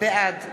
בעד